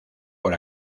por